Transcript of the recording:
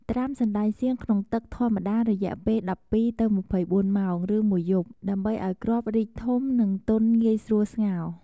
ត្រាំសណ្ដែកសៀងក្នុងទឹកធម្មតារយៈពេល ១២ ទៅ ២៤ ម៉ោង ឬមួយយប់ ដើម្បីឱ្យគ្រាប់រីកធំ និងទន់ងាយស្រួលស្ងោរ។